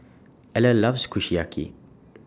Eller loves Kushiyaki